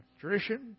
tradition